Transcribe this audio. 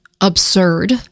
absurd